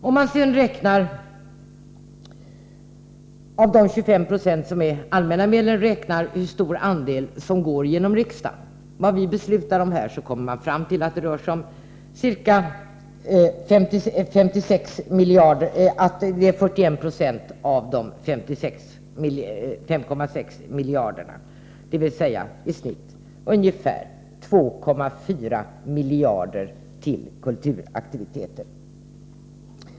Om man sedan när det gäller de 25 96 som är allmänna medel räknar ut hur stor andelen är som beslutas av riksdagen, kommer man fram till att det är 41 90 av de 5,6 miljarder kronorna, dvs. i genomsnitt 2,4 miljarder kronor till kulturaktiviteter.